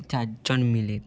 চার জন মিলে